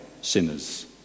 sinners